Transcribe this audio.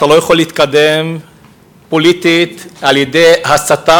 אתה לא יכול להתקדם פוליטית על-ידי הסתה